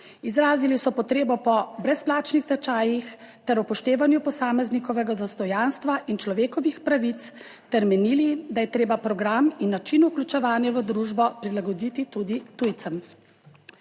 Izrazili so potrebo po brezplačnih tečajih ter upoštevanju posameznikovega dostojanstva in človekovih pravic ter menili, da je treba program in način vključevanja v družbo prilagoditi tudi tujcem.